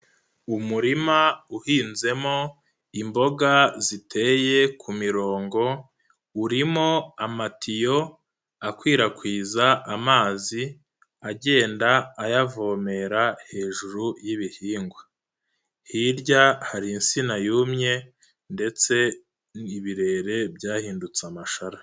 Umurima uhinzemo imboga ziteye ku mirongo urimo amatiyo akwirakwiza amazi agenda ayavomera hejuru y'ibihingwa, hirya hari insina yumye ndetse ni ibirere byahindutse amashara.